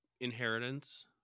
inheritance